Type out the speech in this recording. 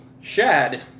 Shad